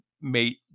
mate